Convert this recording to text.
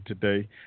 today